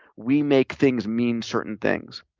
we make things mean certain things.